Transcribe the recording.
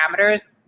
parameters